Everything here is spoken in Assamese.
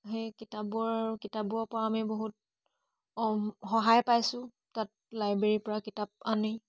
সেই কিতাপবোৰ কিতাপবোৰৰ পৰা আমি বহুত অ সহায় পাইছোঁ তাত লাইব্ৰেৰীৰ পৰা কিতাপ আনি